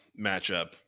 matchup